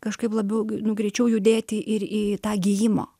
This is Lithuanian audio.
kažkaip labiau greičiau judėti ir į tą gijimo